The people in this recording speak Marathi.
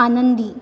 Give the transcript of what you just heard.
आनंदी